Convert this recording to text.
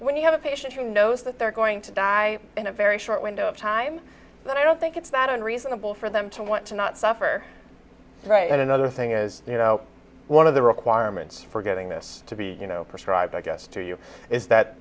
when you have a patient who knows that they're going to die in a very short window of time that i don't think it's that unreasonable for them to want to not suffer right and another thing is you know one of the requirements for getting this to be prescribed i guess to you is that